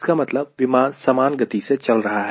इसका मतलब विमान समान गति से चल रहा है